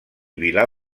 vilar